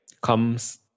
Comes